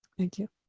thank you.